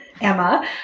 Emma